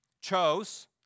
chose